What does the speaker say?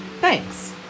Thanks